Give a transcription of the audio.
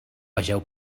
vegeu